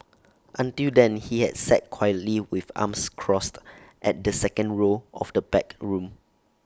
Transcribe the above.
until then he had sat quietly with arms crossed at the second row of the packed room